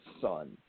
son